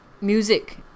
Music